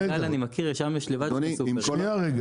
שים לב